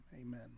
Amen